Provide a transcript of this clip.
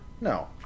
no